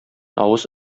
авыз